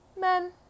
men